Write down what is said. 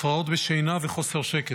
הפרעות בשינה וחוסר שקט.